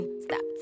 Stop